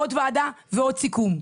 עוד וועדה ועוד סיכום.